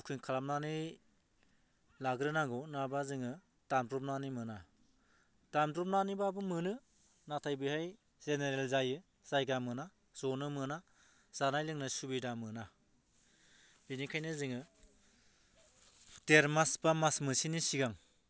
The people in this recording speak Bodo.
बुकिं खालामनानै लाग्रोनांगौ नङाबा जोङो द्रानब्रबनानै मोना दाब्रबनानैबाबो मोनो नाथाय बेहाय जेनेरेल जायो जायगा मोना ज'नो मोना जानाय लोंनाय सुबिदा मोना बिनिखायनो जोङो डेर मास बा मास मोनसेनि सिगां